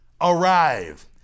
arrive